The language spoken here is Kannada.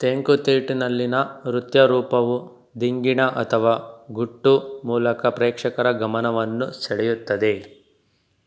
ತೆಂಕುತಿಟ್ಟುವಿನಲ್ಲಿನ ನೃತ್ಯ ರೂಪವು ಧೀಂಗಿಣ ಅಥವಾ ಗುಟ್ಟು ಮೂಲಕ ಪ್ರೇಕ್ಷಕರ ಗಮನವನ್ನು ಸೆಳೆಯುತ್ತದೆ